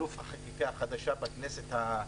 אלוף החקיקה החדשה בכנסת ה-24,